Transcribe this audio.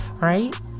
Right